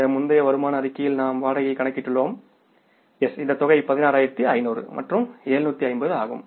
இந்த முந்தைய வருமான அறிக்கையில் நாம் வாடகையை கணக்கிட்டுள்ளோம் இந்த தொகை 16500 மற்றும் 750 ஆகும்